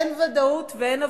אין ודאות ואין הבטחה.